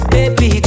Baby